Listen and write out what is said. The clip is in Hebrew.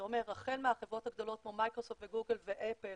זה אומר החל מהחברות הגדולות כמו מיקרוסופט וגוגל ואפל,